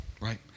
Right